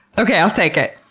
okay, i'll take it.